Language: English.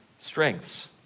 strengths